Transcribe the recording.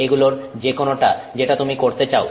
এগুলোর যেকোনোটা যেটা তুমি করতে চাও